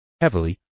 heavily